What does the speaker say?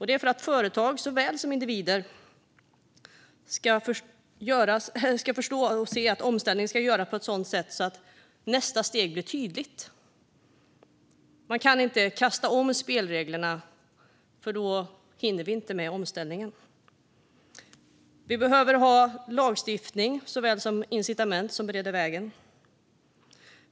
Det är för att företag såväl som individer ska förstå och se att omställningen ska göras på ett sådant sätt att nästa steg blir tydligt. Man kan inte kasta om spelreglerna, för då hinner vi inte med omställningen. Vi behöver ha lagstiftning såväl som incitament som bereder vägen.